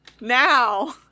Now